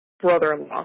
brother-in-law